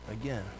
again